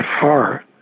far